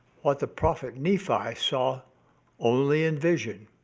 what the prophet nephi saw only in vision,